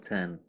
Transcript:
Ten